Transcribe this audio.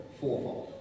fourfold